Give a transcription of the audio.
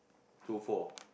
two four